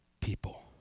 people